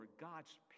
God's